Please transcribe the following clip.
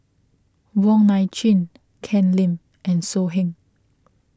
Wong Nai Chin Ken Lim and So Heng